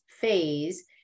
phase